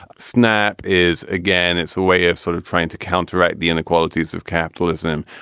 snap is again, it's a way of sort of trying to counteract the inequalities of capitalism.